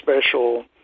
special